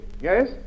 Yes